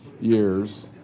years